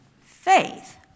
faith